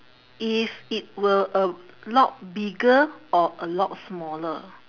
if it were a lot bigger or a lot smaller